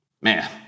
man